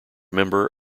member